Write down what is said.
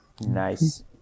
nice